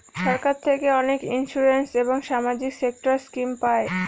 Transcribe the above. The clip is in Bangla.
সরকার থেকে অনেক ইন্সুরেন্স এবং সামাজিক সেক্টর স্কিম পায়